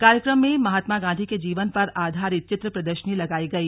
कार्यक्रम में महात्मा गांधी के जीवन पर आधारित चित्र प्रदर्शनी लगाई गई